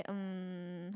um